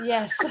Yes